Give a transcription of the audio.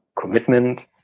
commitment